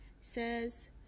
says